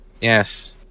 Yes